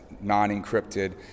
non-encrypted